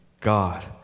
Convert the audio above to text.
God